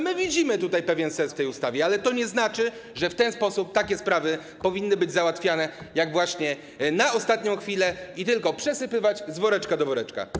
My widzimy pewien sens w tej ustawie, ale to nie znaczy, że w ten sposób takie sprawy powinny być załatwiane, właśnie na ostatnią chwilę i tylko przesypywać z woreczka do woreczka.